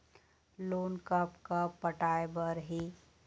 Loan कब कब पटाए बर हे?